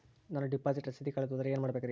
ನಾನು ಡಿಪಾಸಿಟ್ ರಸೇದಿ ಕಳೆದುಹೋದರೆ ಏನು ಮಾಡಬೇಕ್ರಿ?